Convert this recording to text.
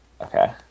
Okay